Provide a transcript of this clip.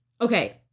okay